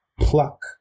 pluck